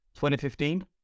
2015